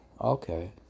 Okay